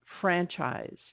franchise